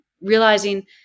realizing